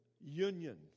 union